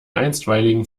einstweiligen